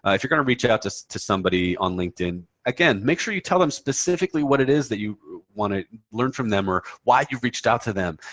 ah if you're going to reach out to so to somebody on linkedin, again, make sure you tell them specifically what it is that you want to learn from them or why you've reached out to them.